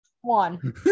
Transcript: One